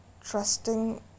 trusting